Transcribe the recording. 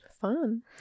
Fun